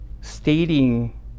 stating